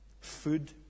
food